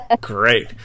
great